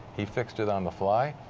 he fixed it on the fly.